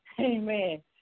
Amen